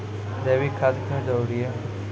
जैविक खाद क्यो जरूरी हैं?